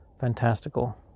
fantastical